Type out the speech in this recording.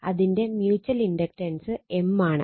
അതിന്റെ mutual inductance M ആണ്